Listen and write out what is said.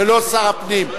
המשיב, ולא שר הפנים.